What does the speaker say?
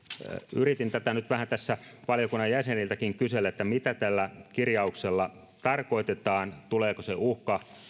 yritin tätä vähän tässä valiokunnan jäseniltäkin kysellä että mitä tällä kirjauksella tarkoitetaan tuleeko se uhka